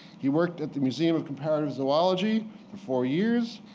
he worked at the museum of comparative zoology for four years.